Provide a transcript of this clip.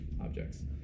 objects